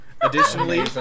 Additionally